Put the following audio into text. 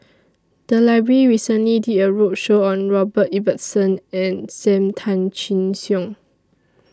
The Library recently did A roadshow on Robert Ibbetson and SAM Tan Chin Siong